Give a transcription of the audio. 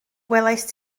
welaist